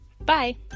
Bye